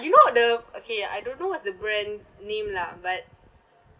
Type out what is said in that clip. you know the okay I don't know what's the brand name lah but